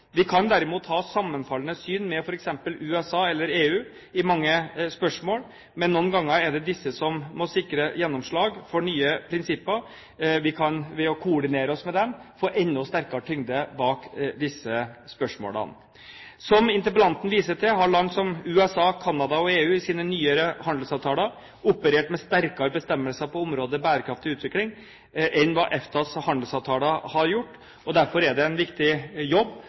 vi kanskje skulle ønske oss. Vi kan derimot ha sammenfallende syn med f.eks. USA eller EU i mange spørsmål, men noen ganger er det disse som må sikre gjennomslag for nye prinsipper. Vi kan, ved å koordinere oss med dem, få enda større tyngde bak disse spørsmålene. Som interpellanten viser til, har land som USA, Canada og EU i sine nyere handelsavtaler operert med sterkere bestemmelser på området bærekraftig utvikling enn hva EFTAs handelsavtaler har gjort. Derfor er det en viktig jobb